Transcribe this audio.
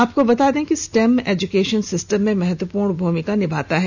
आपको बता दें कि स्टेम एजुकेशन सिस्टम में महत्वपूर्ण भूमिका निभाता है